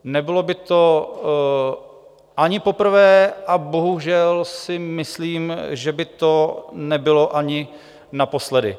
Nebylo by to ani poprvé a bohužel si myslím, že by to nebylo ani naposledy.